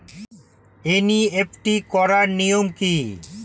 NEFT করার নিয়ম কী?